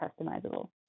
customizable